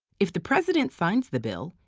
if the president signs the bill,